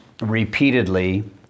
repeatedly